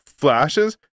flashes